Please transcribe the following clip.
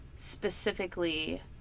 Specifically